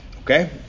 okay